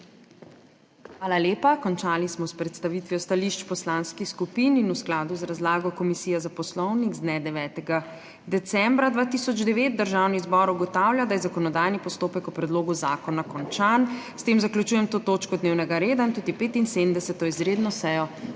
Hvala lepa. Končali smo predstavitev stališč poslanskih skupin. V skladu z razlago Komisije za Poslovnik z dne 9. decembra 2009 Državni zbor ugotavlja, da je zakonodajni postopek o predlogu zakona končan. S tem zaključujem to točko dnevnega reda in tudi 75. izredno sejo